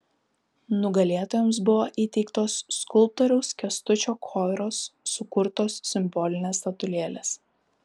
nugalėtojams buvo įteiktos skulptoriaus kęstučio koiros sukurtos simbolinės statulėlės